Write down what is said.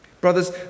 Brothers